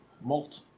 malt